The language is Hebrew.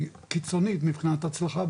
קיצונית מבחינת הצלחה,